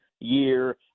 year